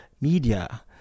media